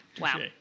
Wow